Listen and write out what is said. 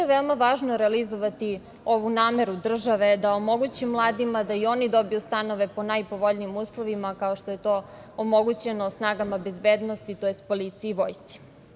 Veoma je važno realizovati ovu nameru države da omogući mladima da i oni dobiju stanove po najpovoljnijim uslovima, kao što je to omogućeno snagama bezbednosti tj. policiji i vojsci.